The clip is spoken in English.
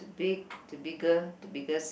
big to bigger to biggest